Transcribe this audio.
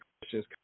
questions